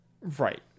Right